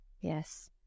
Yes